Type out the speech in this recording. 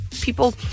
people